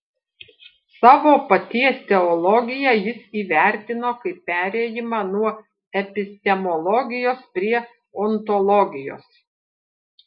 savo paties teologiją jis įvertino kaip perėjimą nuo epistemologijos prie ontologijos